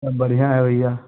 बढ़ियाँ हैं भैया